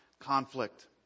conflict